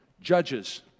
judges